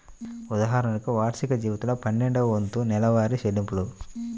ఉదాహరణకు, వార్షిక జీతంలో పన్నెండవ వంతు నెలవారీ చెల్లింపులు